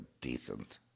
decent